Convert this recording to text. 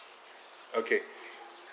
okay